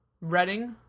Reading